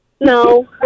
No